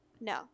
no